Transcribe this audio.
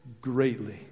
greatly